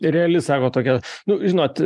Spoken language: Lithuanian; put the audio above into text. reali sako tokia nu žinot